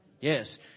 Yes